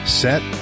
set